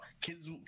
kids